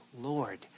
Lord